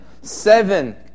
seven